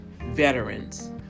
veterans